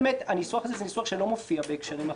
הניסוח הזה הוא ניסוח שלא מופיע בהקשרים אחרים,